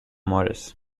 morris